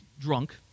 drunk